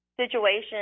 situation